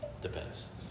Depends